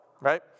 right